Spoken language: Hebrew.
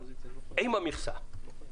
עם המכסה.